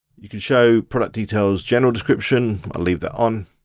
you can show product details, general description, i'll leave that on.